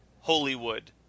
Hollywood